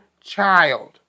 child